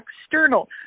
external